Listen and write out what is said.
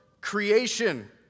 creation